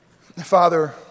Father